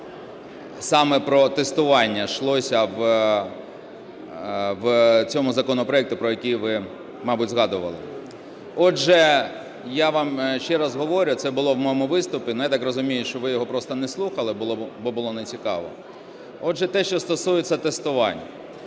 що саме про тестування йшлося в цьому законопроекті, про який ви, мабуть, згадували. Отже, я вам ще раз говорю, це було в моєму виступі, я так розумію, що ви його просто не слухали, бо було нецікаво. Отже, те, що стосується тестувань.